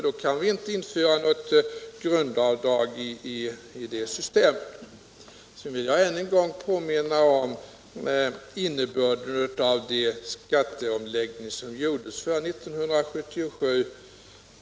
Då kan man inte göra något grundavdrag. Sedan vill jag än en gång påminna om innebörden av den skatteomläggning som gjordes för 1977.